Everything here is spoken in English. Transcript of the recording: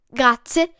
grazie